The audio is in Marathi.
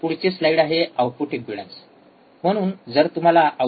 पुढची स्लाईड आहे आउटपुट इम्पेडन्स